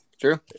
True